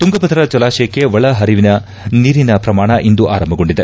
ತುಂಗಭದ್ರ ಜಲಾಶಯಕ್ಕೆ ಒಳ ಹರಿವಿನ ನೀರಿನ ಪ್ರಮಾಣ ಇಂದು ಆರಂಭಗೊಂಡಿದೆ